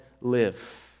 live